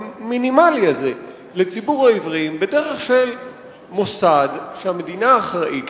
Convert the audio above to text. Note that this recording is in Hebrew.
המינימלי הזה לציבור העיוורים בדרך של מוסד שהמדינה אחראית